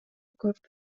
көп